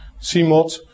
CMOD